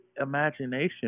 imagination